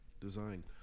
design